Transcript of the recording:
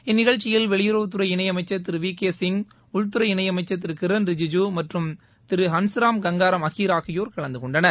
இந்நிகழ்ச்சியில் வெளியுறவுத் துறை இணை அமைச்சர் திரு வி கே சிங் உள்துறை இணை அமைச்சர் திரு கிரண் ரிஜிஜூ மற்றும் திரு ஹன்ஸ்ராஜ் கங்காராம் அஹீர் ஆகியோர் கலந்து கொண்டனர்